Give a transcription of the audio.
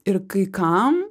ir kai kam